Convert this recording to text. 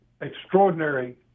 extraordinary